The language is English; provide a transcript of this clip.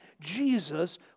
Jesus